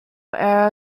era